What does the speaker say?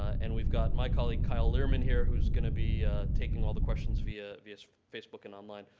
and we've got my colleague, kyle lierman here, who is going to be taking all the questions via via facebook and online.